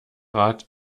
rat